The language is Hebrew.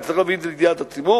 צריך להביא את זה לידיעת הציבור,